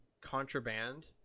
Contraband